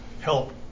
help